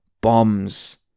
bombs